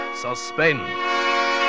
suspense